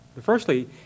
Firstly